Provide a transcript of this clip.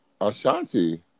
Ashanti